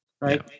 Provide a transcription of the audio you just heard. right